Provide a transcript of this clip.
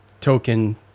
token